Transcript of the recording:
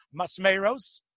masmeros